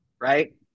right